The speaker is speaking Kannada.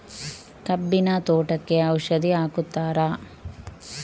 ಕಬ್ಬಿನ ತೋಟಕ್ಕೆ ಔಷಧಿ ಹಾಕುತ್ತಾರಾ?